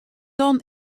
dan